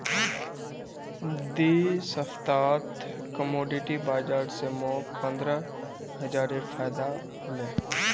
दी सप्ताहत कमोडिटी बाजार स मोक पंद्रह हजारेर फायदा हले